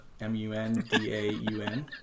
M-U-N-D-A-U-N